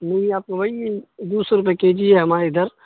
نہیں آپ کو وہی دو سو روپئے کے جی ہے ہمارے ادھر